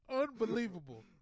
Unbelievable